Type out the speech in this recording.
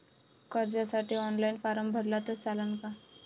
कर्जसाठी online form भरला तर चालन का?